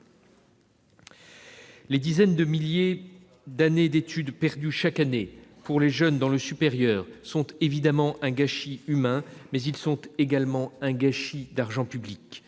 Les dizaines de milliers d'années d'étude perdues chaque année par les jeunes dans le supérieur sont évidemment un gâchis humain, mais aussi un gâchis d'argent public.